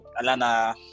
Alana